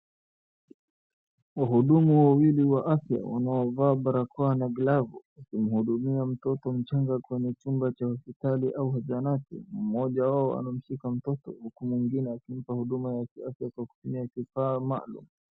Wahudumu wawili wa afya wanaovaa barakoa na glavu wakimhudumia mtoto mchanga kwenye chumba cha hospitali au zahanati. Mmoja wao amemshika mtoto huku mwingine akimpa huduma ya kiafya kwa kutumia kifaa maalum.